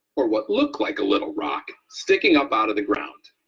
or what looked like a little rock, sticking up out of the ground.